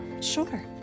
Sure